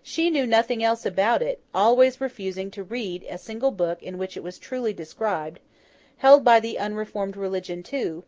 she knew nothing else about it, always refusing to read a single book in which it was truly described held by the unreformed religion too,